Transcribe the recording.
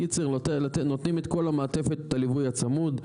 בקיצור נותנים את כל המעטפת את הליווי הצמוד.